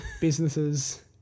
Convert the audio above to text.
businesses